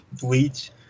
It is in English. Bleach